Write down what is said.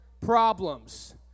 problems